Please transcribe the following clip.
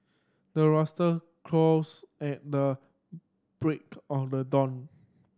the rooster crows at the break of the dawn